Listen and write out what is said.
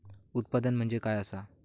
उत्पादन म्हणजे काय असा?